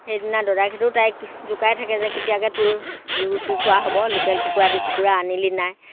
সেইদিনা দদায়েকহঁতেও তাইক জোকাই থাকে যে কেতিয়াকে তোৰ ৰুটি খোৱা হ'ব লোকেল কুকুৰা দি কুকুৰা আনিলি নাই